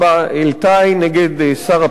אל טאיי נ' שר הפנים,